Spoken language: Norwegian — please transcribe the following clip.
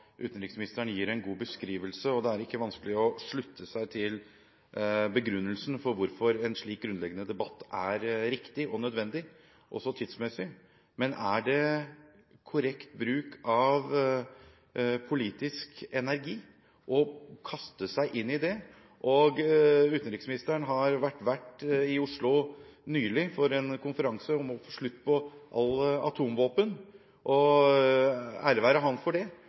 Sikkerhetsrådet, gir utenriksministeren en god beskrivelse. Det er ikke vanskelig å slutte seg til begrunnelsen for at en slik grunnleggende debatt er riktig og nødvendig, også tidsmessig. Men er det korrekt bruk av politisk energi å kaste seg inn i det? Utenriksministeren har vært vert i Oslo nylig for en konferanse om å få slutt på atomvåpen, og ære være ham for det.